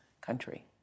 country